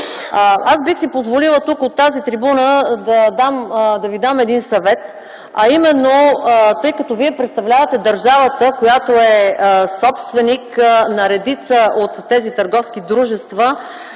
Аз бих си позволила тук, от тази трибуна, да Ви дам един съвет, а именно: тъй като Вие представлявате държавата, която е собственик на редица от тези търговски дружества,